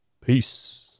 Peace